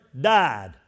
died